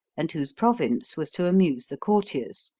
and whose province was to amuse the courtiers.